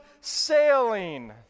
sailing